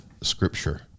scripture